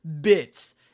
bits